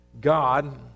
God